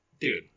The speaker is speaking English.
Dude